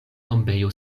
tombejo